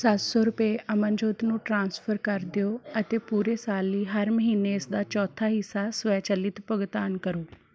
ਸੱਤ ਸੌ ਰੁਪਏ ਅਮਨਜੋਤ ਨੂੰ ਟ੍ਰਾਂਸਫਰ ਕਰ ਦਿਉ ਅਤੇ ਪੂਰੇ ਸਾਲ ਲਈ ਹਰ ਮਹੀਨੇ ਇਸਦਾ ਚੌਥਾ ਹਿੱਸਾ ਸਵੈਚਾਲਿਤ ਭੁਗਤਾਨ ਕਰੋ